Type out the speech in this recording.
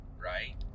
right